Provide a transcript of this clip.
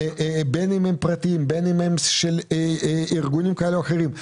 בין אם הם פרטיים ובין אם הם של ארגונים כאלה או אחרים,